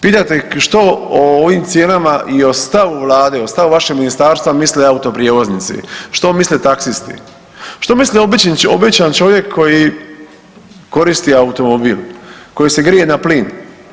Pitajte ih što o ovim cijenama i o stavu vlade, o stavu vašeg ministarstva misle autoprijevoznici, što misle taksisti, što misli običan čovjek koji koristi automobil, koji je grije na plin.